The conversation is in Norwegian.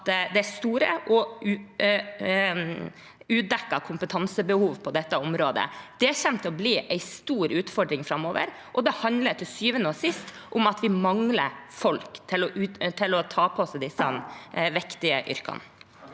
det er store og udekkede kompetansebehov på dette området. Det kommer til å bli en stor utfordring framover, og det handler til syvende og sist om at vi mangler folk til disse viktige yrkene.